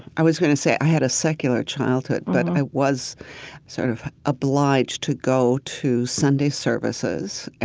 i was going to say, i had a secular childhood. but and i was sort of obliged to go to sunday services,